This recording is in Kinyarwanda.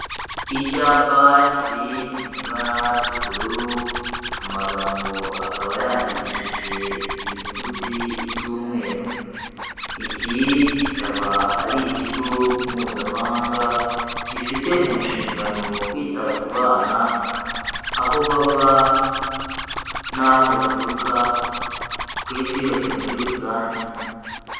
Icyapa kiri mu ibara ry'ubururu amagambo akaba yandikishije inyuguti z'umweru, iki kikaba ari ikigo mpuzamahanga gifite mu nshingano kwita ku bana, aho bava n'aho baturuka ku isi yose muri rusange.